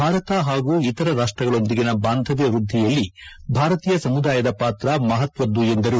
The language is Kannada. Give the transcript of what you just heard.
ಭಾರತ ಹಾಗೂ ಇತರ ರಾಷ್ಷಗಳೊಂದಿಗಿನ ಬಾಂಧವ್ದ ವೃದ್ದಿಯಲ್ಲಿ ಭಾರತೀಯ ಸಮುದಾಯದ ಪಾತ್ರ ಮಹತ್ವದ್ದು ಎಂದರು